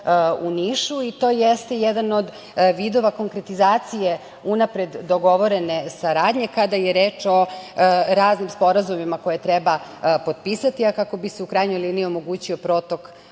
u Nišu i to jeste jedan od vidova konkretizacije unapred dogovorene saradnje kada je reč o raznim sporazumima koje treba potpisati, a kako bi se u krajnjoj liniji omogućio protok